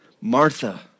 Martha